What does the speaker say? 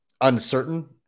uncertain